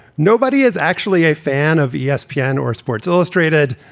nobody is actually a fan of yeah espn yeah and or sports illustrated.